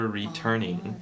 returning